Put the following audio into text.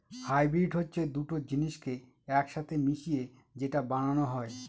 hybrid হচ্ছে দুটো জিনিসকে এক সাথে মিশিয়ে যেটা বানানো হয়